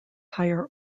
higher